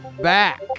back